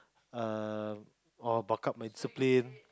err or buck up my discipline